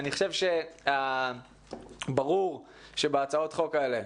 אני חושב שברור שבהצעות החוק האלה,